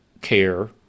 care